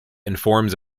informs